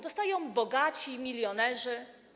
Dostają bogaci, milionerzy.